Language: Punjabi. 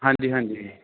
ਹਾਂਜੀ ਹਾਂਜੀ